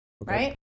right